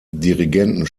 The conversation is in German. dirigenten